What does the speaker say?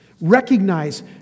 Recognize